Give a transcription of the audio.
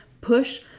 push